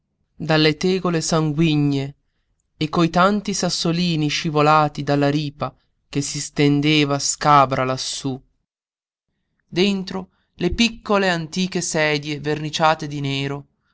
dalle tegole sanguigne e coi tanti sassolini scivolati dalla ripa che si stendeva scabra lassú dentro le piccole antiche sedie verniciate di nero